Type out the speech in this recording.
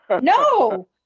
No